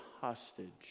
hostage